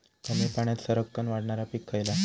कमी पाण्यात सरक्कन वाढणारा पीक खयला?